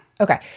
Okay